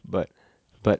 but but